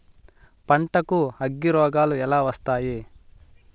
పంటకు అగ్గిరోగాలు ఎలా వస్తాయి?